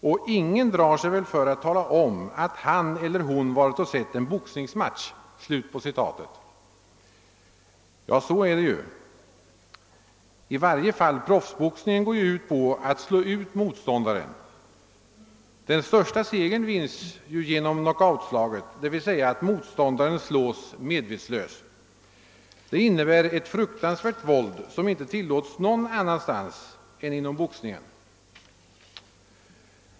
Och ingen drar sej väl för att tala om att den varit och sett en boxningsmatch.» Ja, så förhåller det sig ju. I varje fall går proffsboxningen ut på att man skall slå ut motståndaren. Den största segern vinns genom knockoutslaget, d.v.s. att motsåndaren slås medvetslös. Detta innebär ett fruktansvärt våld som inte tillåts någon annanstans än inom boxningen.